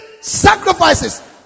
sacrifices